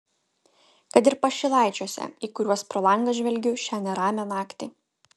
kad ir pašilaičiuose į kuriuos pro langą žvelgiu šią neramią naktį